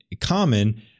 common